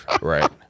Right